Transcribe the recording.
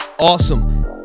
Awesome